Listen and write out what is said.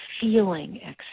feeling